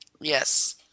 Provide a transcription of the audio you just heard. yes